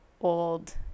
old